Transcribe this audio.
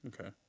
Okay